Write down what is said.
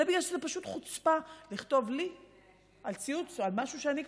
אלא בגלל שזה פשוט חוצפה לכתוב לי על ציוץ או על משהו שאני כתבתי,